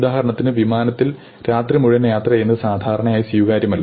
ഉദാഹരണത്തിന് വിമാനത്തിൽ രാത്രി മുഴുവനും യാത്ര ചെയ്യുന്നത് സാധാരണയായി സ്വീകാര്യമല്ല